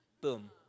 boom